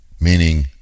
meaning